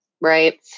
right